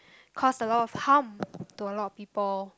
cause a lot of harm to a lot people